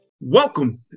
Welcome